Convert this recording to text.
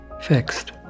fixed